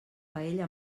paella